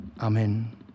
Amen